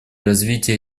развитие